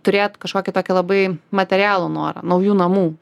turėt kažkokį tokį labai materialų norą naujų namų